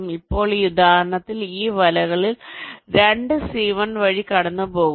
ഇപ്പോൾ ഈ ഉദാഹരണത്തിൽ ഈ വലകളിൽ 2 C1 വഴി കടന്നുപോകുന്നു